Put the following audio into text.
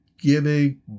giving